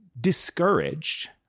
discouraged